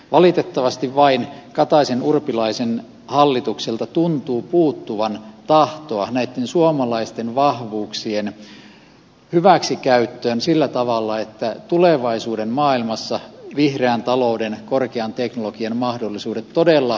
valitettavasti vain kataisenurpilaisen hallitukselta tuntuu puuttuvan tahtoa näitten suomalaisten vahvuuksien hyväksikäyttöön sillä tavalla että tulevaisuuden maailmassa vihreän talouden korkean teknologian mahdollisuudet todella